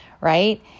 right